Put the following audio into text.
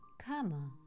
karma